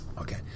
Okay